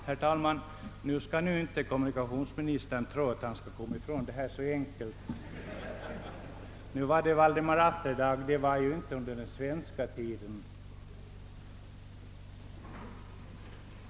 Herr talman! Nu skall kommunikatiorisministern inte tro att han skall komma ifrån det här så enkelt. Valdemar Atterdag var dansk fogde inte svensk.